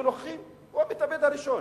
הוא המתאבד הראשון.